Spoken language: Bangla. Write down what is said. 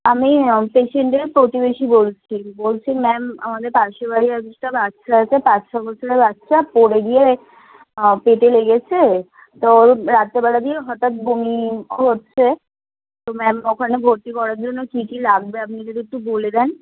আমি পেশেন্টের প্রতিবেশী বলছি বলছি ম্যাম আমাদের পাশের বাড়ির একটা বাচ্চা আছে পাঁচ ছ বছরের বাচ্চা পড়ে গিয়ে পেটে লেগেছে তো রাত্রিবেলা দিয়ে হঠাৎ বমি হচ্ছে তো ম্যাম ওখানে ভর্তি করার জন্য কী কী লাগবে আপনি যদি একটু বলে দেন